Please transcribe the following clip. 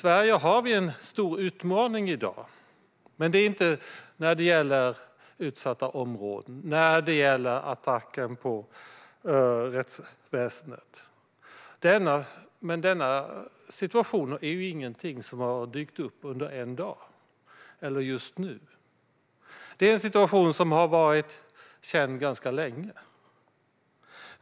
Vi har en stor utmaning i Sverige i dag när det gäller utsatta områden och attacker mot rättsväsendet. Men denna situation har inte dykt upp på en dag eller just nu. Det är en situation som har varit känd ganska länge.